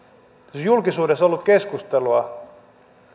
siis julkisuudessa ollut keskustelua